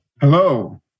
Hello